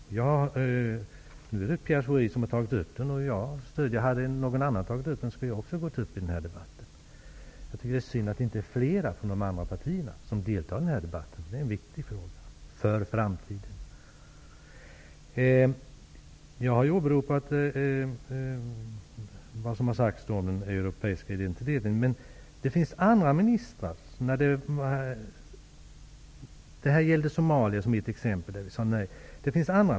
Nu är det Pierre Schori som har tagit upp den. Om det hade varit någon annan som hade tagit upp den, hade jag också gått upp i debatten. Det är synd att det inte är flera från de andra partierna som deltar i debatten, eftersom det är en viktig fråga för framtiden. Jag har åberopat vad som har sagts om den europeiska identiteten. Mitt exempel gällde Somalia, där vi sade nej.